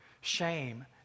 shame